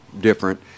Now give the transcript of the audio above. different